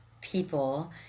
people